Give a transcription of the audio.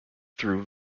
through